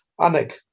Anik